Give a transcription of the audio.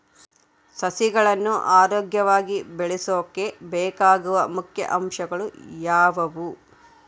ಸಸಿಗಳನ್ನು ಆರೋಗ್ಯವಾಗಿ ಬೆಳಸೊಕೆ ಬೇಕಾಗುವ ಮುಖ್ಯ ಅಂಶಗಳು ಯಾವವು?